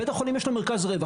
לבית החולים יש מרכז רווח.